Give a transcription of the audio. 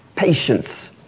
patience